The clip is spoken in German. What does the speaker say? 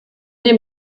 dem